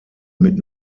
mit